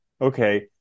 Okay